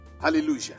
Hallelujah